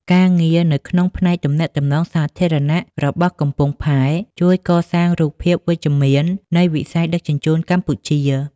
ការងារនៅក្នុងផ្នែកទំនាក់ទំនងសាធារណៈរបស់កំពង់ផែ ជួយកសាងរូបភាពវិជ្ជមាននៃវិស័យដឹកជញ្ជូនកម្ពុជា។